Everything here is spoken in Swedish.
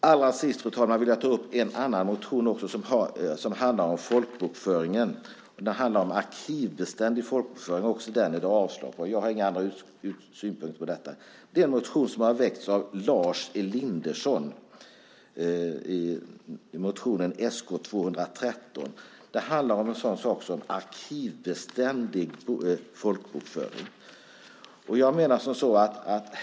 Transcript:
Fru talman! Jag vill också ta upp en motion som handlar om folkbokföringen. Det handlar om arkivbeständig folkbokföring. Det föreslås avslag på den också. Jag har inga andra synpunkter på det. Motionen har väckts av Lars Elinderson. Det är motion Sk213. Den handlar om arkivbeständig folkbokföring.